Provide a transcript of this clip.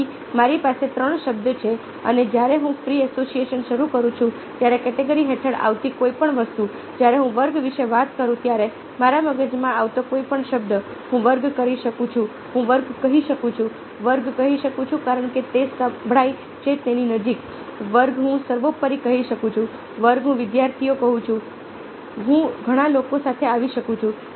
તેથી મારી પાસે ત્રણ શબ્દો છે અને જ્યારે હું ફ્રી એસોસિએશન શરૂ કરું છું ત્યારે કેટેગરી હેઠળ આવતી કોઈપણ વસ્તુ જ્યારે હું વર્ગ વિશે વાત કરું ત્યારે મારા મગજમાં આવતો કોઈપણ શબ્દ હું વર્ગ કરી શકું છું હું વર્ગ કહી શકું છું વર્ગ કહી શકું છું કારણ કે તે સંભળાય છે તેની નજીક વર્ગ હું સર્વોપરી કહી શકું છું વર્ગ હું વિદ્યાર્થીઓ કહું છું હું ઘણા લોકો સાથે આવી શકું છું